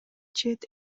чет